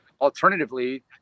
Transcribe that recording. alternatively